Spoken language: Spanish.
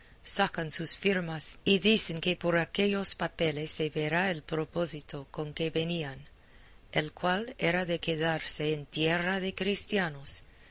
sacan sus firmas y dicen que por aquellos papeles se verá el propósito con que venían el cual era de quedarse en tierra de cristianos